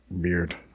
beard